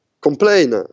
complain